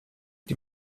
die